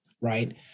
right